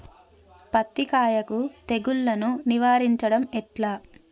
పత్తి కాయకు తెగుళ్లను నివారించడం ఎట్లా?